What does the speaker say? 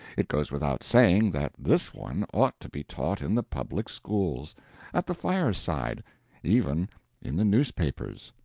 it goes without saying that this one ought to be taught in the public schools at the fireside even in the newspapers.